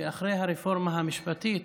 שאחרי הרפורמה המשפטית